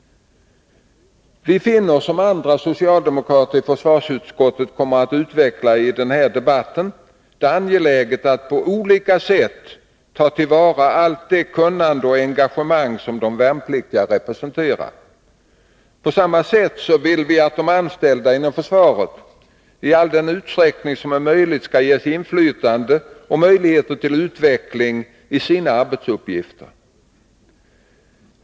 Vi finner — såsom andra socialdemokrater i försvarsutskottet kommer att utveckla i denna debatt — det angeläget att på olika sätt ta till vara allt det kunnande och engagemang som de värnpliktiga representerar. På samma sätt vill vi att de anställda inom försvaret i all den utsträckning som det är möjligt skall ges inflytande och möjligheter till utveckling i sina arbetsuppgifter.